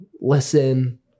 listen